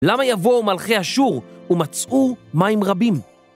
למה יבואו מלכי אשור ומצאו מים רבים?